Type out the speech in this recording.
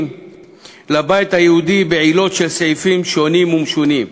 לבית היהודי בעילות של סעיפים שונים ומשונים.